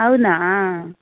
అవునా